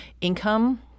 income